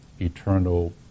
eternal